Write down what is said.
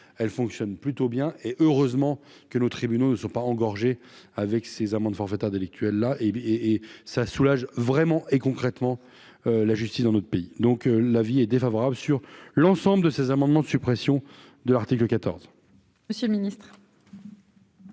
elle fonctionne plutôt bien et heureusement que nos tribunaux ne sont pas engorgé, avec ces amendes forfaitaires délictuelles là et et et ça soulage vraiment et concrètement la justice dans notre pays donc l'avis est défavorable sur l'ensemble de ces amendements de suppression de l'article 14.